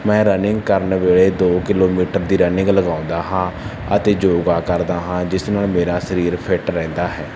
ਮੈਂ ਰਨਿੰਗ ਕਰਨ ਵੇਲੇ ਦੋ ਕਿਲੋਮੀਟਰ ਦੀ ਰਨਿੰਗ ਲਗਾਉਂਦਾ ਹਾਂ ਅਤੇ ਯੋਗਾ ਕਰਦਾ ਹਾਂ ਜਿਸ ਨਾਲ ਮੇਰਾ ਸਰੀਰ ਫਿੱਟ ਰਹਿੰਦਾ ਹੈ